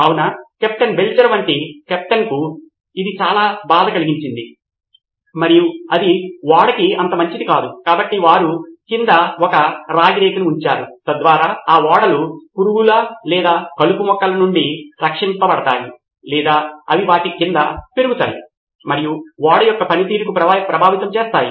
కావున captain Belcher వంటి కెప్టెన్కు ఇది చాలా బాధ కలిగించింది మరియు అది ఓడకు అంత మంచిది కాదు కాబట్టి వారు కింద ఒక రాగి రేకును ఉంచారు తద్వారా ఆ ఓడలు పురుగుల లేదా కలుపు మొక్కలు నుండి రక్షించబడతాయి లేదా అవి వాటి క్రింద పెగురుతాయి మరియు ఓడ యొక్క పనితీరుకు ప్రభావితం చేస్తాయి